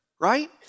Right